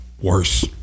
Worse